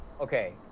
Okay